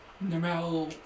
No